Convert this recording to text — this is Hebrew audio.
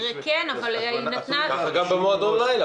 בכנס --- ככה גם במועדון לילה.